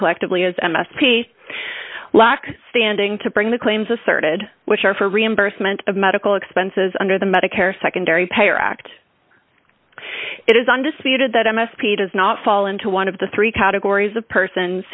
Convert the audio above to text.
collectively as m s p lack standing to bring the claims asserted which are for reimbursement of medical expenses under the medicare secondary payer act it is undisputed that m s p does not fall into one of the three categories of persons